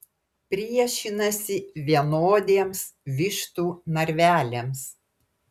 priešinasi vienodiems vištų narveliams